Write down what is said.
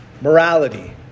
morality